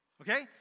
okay